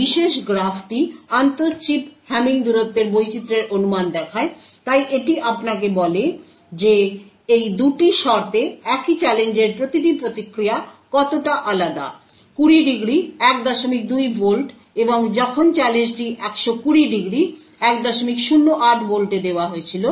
এই বিশেষ গ্রাফটি আন্তঃ চিপ হ্যামিং দূরত্বের বৈচিত্রের অনুমান দেখায় তাই এটি আপনাকে বলে যে এই 2টি শর্তে একই চ্যালেঞ্জের প্রতিটি প্রতিক্রিয়া কতটা আলাদা 20° 12 ভোল্ট এবং যখন চ্যালেঞ্জটি 120° 108 ভোল্টে দেওয়া হয়েছিল